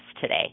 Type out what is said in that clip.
today